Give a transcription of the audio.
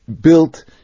built